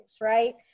right